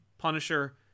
Punisher